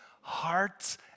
hearts